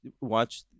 watch